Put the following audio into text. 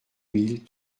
mille